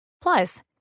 Plus